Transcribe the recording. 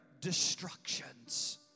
destructions